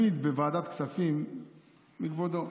שבוועדת הכספים אני תלמיד של כבודו.